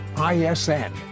ISN